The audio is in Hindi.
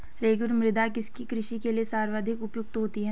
रेगुड़ मृदा किसकी कृषि के लिए सर्वाधिक उपयुक्त होती है?